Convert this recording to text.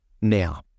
Now